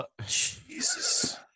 Jesus